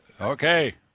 Okay